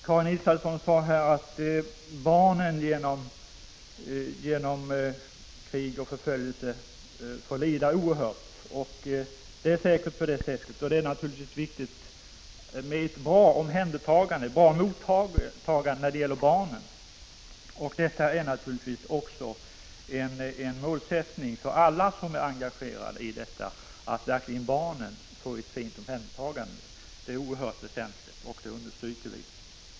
Karin Israelsson sade att barnen genom krig och förföljelse får lida oerhört, och det är säkerligen riktigt. Det är naturligtvis viktigt att barnen får ett gott mottagande. Det är också en målsättning för alla som är engagerade i arbetet att barnen verkligen omhändertas på ett bra sätt. Vi understryker att detta är mycket väsentligt.